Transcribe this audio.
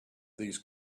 these